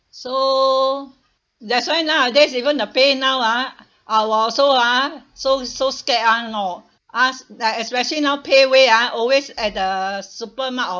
so that's why nowadays even the paynow ah I was so ah so so scared [one] you know as~ uh especially now paywave ah always at the supermart all